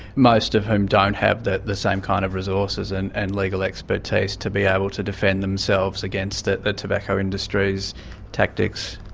most of whom don't have the the same kind of resources and and legal expertise to be able to defend themselves against the tobacco industry's tactics.